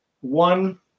one